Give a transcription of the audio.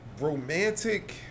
romantic